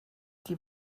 die